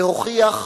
להוכיח: